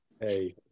hey